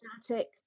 static